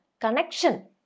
Connection